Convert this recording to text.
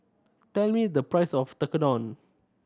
tell me the price of Tekkadon